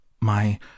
My